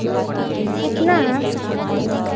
कितना है